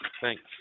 Thanks